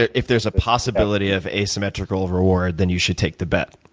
if there's a possibility of asymmetrical reward, then you should take the bet.